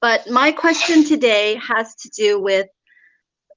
but my question today has to do with